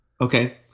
Okay